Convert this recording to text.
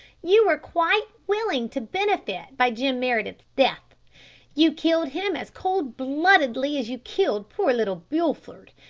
you were quite willing to benefit by jim meredith's death you killed him as cold-bloodedly as you killed poor little bulford,